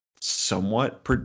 somewhat